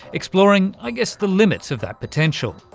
exploring i guess the limits of that potential.